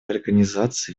организации